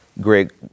Greg